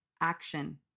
action